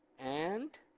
and